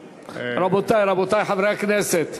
רבותי, רבותי חברי הכנסת,